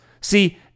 see